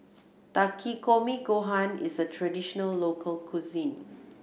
Takikomi Gohan is a traditional local cuisine